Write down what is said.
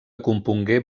compongué